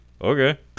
Okay